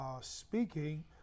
speaking